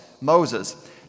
Moses